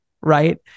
right